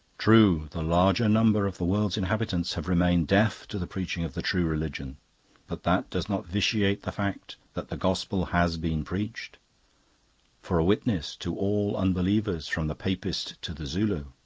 true, the larger number of the world's inhabitants have remained deaf to the preaching of the true religion but that does not vitiate the fact that the gospel has been preached for a witness to all unbelievers from the papist to the zulu.